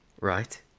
right